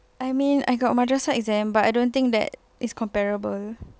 I mean I got exam but I don't think that is comparable